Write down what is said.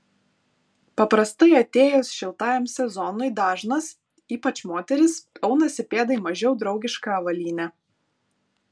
paprastai atėjus šiltajam sezonui dažnas ypač moterys aunasi pėdai mažiau draugišką avalynę